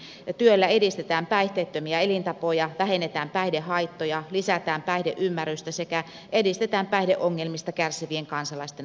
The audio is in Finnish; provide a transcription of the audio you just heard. parhaimmillaan työllä edistetään päihteettömiä elintapoja vähennetään päihdehaittoja lisätään päihdeymmärrystä sekä edistetään päihdeongelmista kärsivien kansalaisten oikeuksia